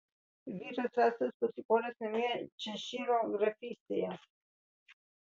vyras rastas pasikoręs namie češyro grafystėje